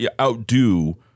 outdo